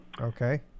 Okay